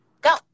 go